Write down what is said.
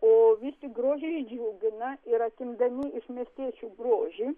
o vis tik grožiai džiugina ir atimdami iš miestiečių grožį